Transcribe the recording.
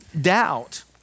doubt